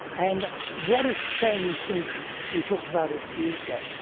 and what has changed since we talked about it a few years ago?